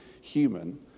human